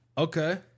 Okay